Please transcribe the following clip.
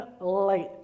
late